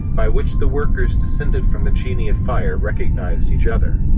by which the workers descended from the genii of fire recognized each other.